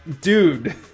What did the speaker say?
dude